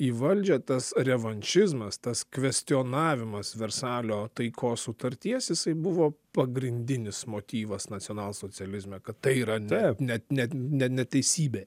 į valdžią tas revanšizmas tas kvestionavimas versalio taikos sutarties jisai buvo pagrindinis motyvas nacionalsocializme kad tai yra ne net ne ne neteisybė